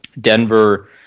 Denver